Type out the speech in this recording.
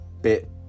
bit